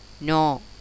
No